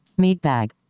Meatbag